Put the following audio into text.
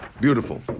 beautiful